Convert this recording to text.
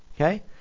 Okay